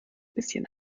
bisschen